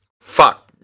Fuck